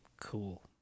cool